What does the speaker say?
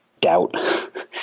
doubt